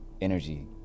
Energy